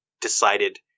decided